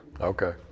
Okay